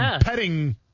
Petting